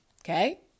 Okay